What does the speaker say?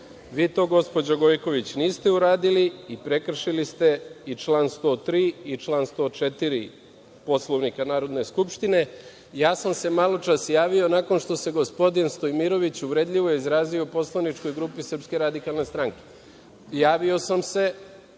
Vi to, gospođo Gojković, niste uradili i prekršili ste član 103. i član 104. Poslovnika Narodne skupštine. Ja sam se maločas javio nakon što ste gospodin Stojmirović uvredljivo izrazio o poslaničkoj grupi SRS. Javio sam se,